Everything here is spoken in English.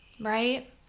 right